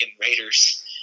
Raiders